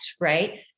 right